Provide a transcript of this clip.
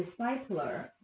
discipler